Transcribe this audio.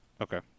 Okay